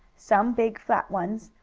some big flat ones,